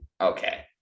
Okay